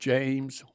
James